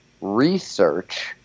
research